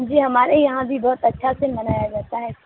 جی ہمارے یہاں بھی بہت اچھا سے منایا جاتا ہے